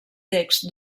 text